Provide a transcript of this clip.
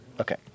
Okay